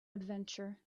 adventure